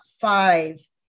five